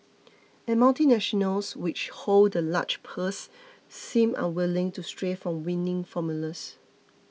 and multinationals which hold the large purses seem unwilling to stray from winning formulas